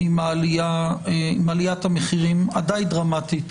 עם עליית המחירים הדי דרמטית,